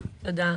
תודה.